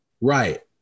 Right